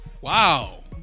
Wow